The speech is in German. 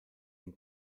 den